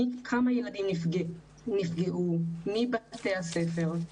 לבדוק כמה ילדים נפגעו ובאיזה בתי ספר.